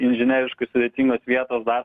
inžineriškai sudėtingos vietos dar